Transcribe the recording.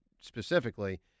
specifically